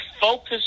focus